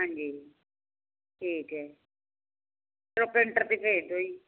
ਹਾਂਜੀ ਠੀਕ ਹੈ